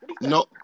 No